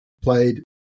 played